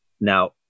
Now